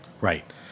Right